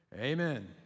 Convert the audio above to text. amen